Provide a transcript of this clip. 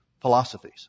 philosophies